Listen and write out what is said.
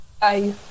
bye